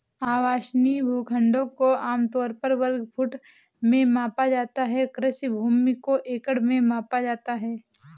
आवासीय भूखंडों को आम तौर पर वर्ग फुट में मापा जाता है, कृषि भूमि को एकड़ में मापा जाता है